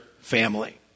family